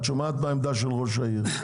את שומעת מה העמדה של ראש העיר.